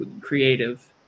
creative